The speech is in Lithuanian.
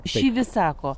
šyvis sako